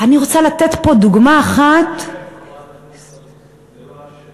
אני רוצה לתת פה דוגמה אחת, זה לא השם.